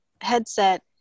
headset